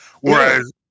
Whereas